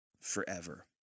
forever